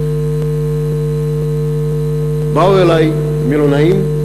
באו אלי מלונאים,